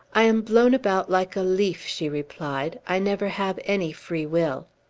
i am blown about like a leaf, she replied. i never have any free will.